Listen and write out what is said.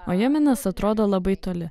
o jemenas atrodo labai toli